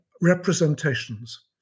representations